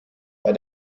bei